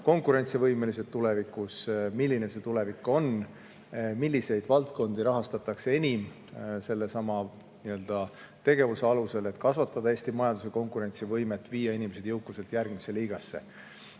konkurentsivõimelised, milline see tulevik on, milliseid valdkondi rahastatakse enim sellesama tegevus[kava] alusel, et kasvatada Eesti majanduse konkurentsivõimet, viia inimesed jõukuselt järgmisse liigasse.